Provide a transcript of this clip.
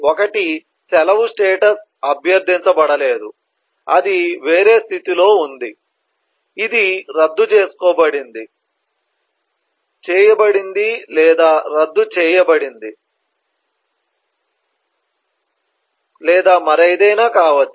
ఒకటి సెలవు స్టేటస్ అభ్యర్థించబడలేదు అది వేరే స్థితి లో లో ఉంది ఇది రద్దు చేసుకోబడింది చేయబడింది లేదా రద్దు చేయబడింది లేదా మరేదైనా కావచ్చు